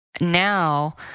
Now